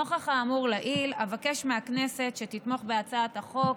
נוכח האמור לעיל, אבקש מהכנסת שתתמוך בהצעת החוק.